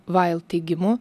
vail teigimu